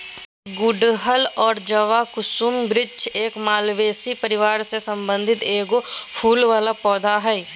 गुड़हल और जवाकुसुम वृक्ष के मालवेसी परिवार से संबंधित एगो फूल वला पौधा हइ